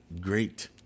great